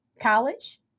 college